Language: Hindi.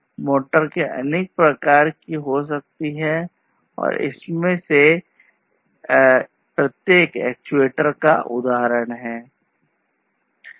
मोटर अनेक प्रकार की हो सकती है और इनमें से प्रत्येक एक्चुएटर का उदाहरण है